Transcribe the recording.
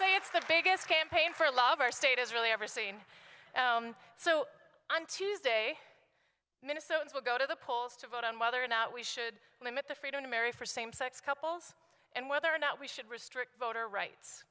say it's the biggest campaign for a lot of our state is really ever seen so on tuesday minnesotans will go to the polls to vote on whether or not we should limit the freedom to marry for same sex couples and whether or not we should restrict voter rights